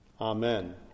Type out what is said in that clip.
Amen